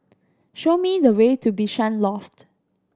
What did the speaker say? show me the way to Bishan Loft